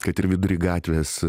kad ir vidury gatvės